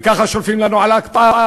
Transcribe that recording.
וככה שולפים לנו על ההקפאה,